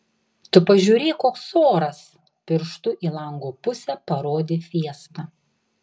tu pažiūrėk koks oras pirštu į lango pusę parodė fiesta